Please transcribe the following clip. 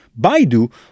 Baidu